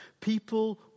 people